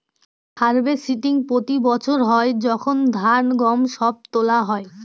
harvesting প্রতি বছর হয় যখন ধান, গম সব তোলা হয়